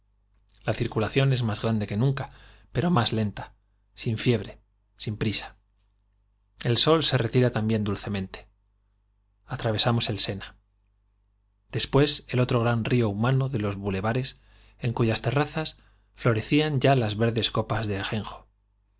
la circulación es más grande que nunca sol retira pero mis lenta sin fiebre sin prisa el se también dulcemente atravesamos el sena después de los boulevares en cuyas el otro gran río humano terrazas florecían ya las verdes copas de ajenjo